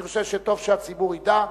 אני חושב שטוב שהציבור ידע.